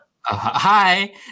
Hi